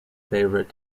favorite